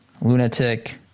lunatic